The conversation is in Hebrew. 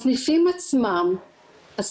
אני רוצה ברשותך להכנס למשהו נקודתי בקורונה שאנחנו